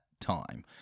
time